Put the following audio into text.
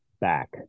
back